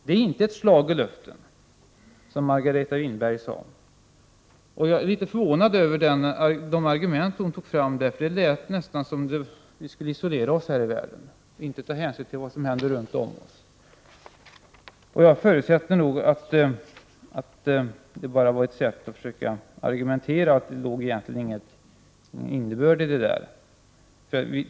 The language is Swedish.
Det är inte ett slag i luften, som Margareta Winberg sade. Jag är litet förvånad över de argument som Margareta Winberg använde. Det lät nästan som om hon menade att vi skulle isolera oss och inte ta hänsyn till vad som händer runt om i världen. Jag förutsätter att det bara var ett sätt att argumentera och att det inte låg någon egentlig innebörd i vad hon sade.